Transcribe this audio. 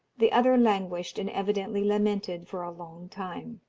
the other languished and evidently lamented for a long time.